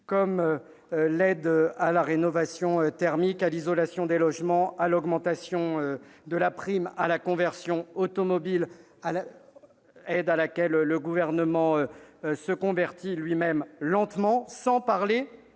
comme l'aide à la rénovation thermique, à l'isolation des logements, l'augmentation de la prime à la conversion automobile- une aide à laquelle le Gouvernement se convertit lui-même lentement -, sans parler